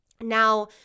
Now